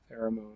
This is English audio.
pheromone